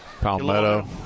Palmetto